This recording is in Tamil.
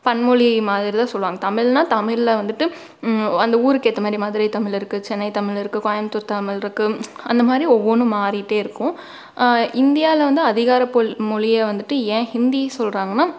பன்மொழி மாதிரி தான் சொல்லுவாங்க தமிழ்ன்னா தமிழில் வந்துவிட்டு அந்த ஊருக்கு ஏற்ற மாதிரி மதுரை தமிழ் இருக்கு சென்னை தமிழ் இருக்கு கோயம்புத்தூர் தமிழ் இருக்கு அந்த மாதிரி ஒவ்வொன்றும் மாறிகிட்டே இருக்கும் இந்தியாவில வந்து அதிகாரபூ மொழியாக வந்துவிட்டு ஏன் ஹிந்தி சொல்லுறாங்கனா